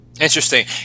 Interesting